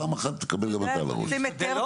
פעם אחת תקבל גם אתה על הראש שניה,